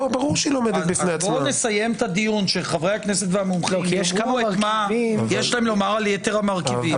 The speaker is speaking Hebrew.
בוא נסיים את הדיון שהמומחים יאמרו מה שיש להם לומר על יתר המרכיבים.